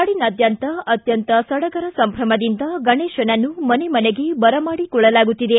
ನಾಡಿನಾದ್ಯಾಂತ ಅತ್ಯಂತ ಸಡಗರ ಸಂಭ್ರಮದಿಂದ ಗಣೇಶನನ್ನು ಮನೆಮನೆಗೆ ಬರಮಾಡಿಕೊಳ್ಳಲಾಗುತ್ತಿದೆ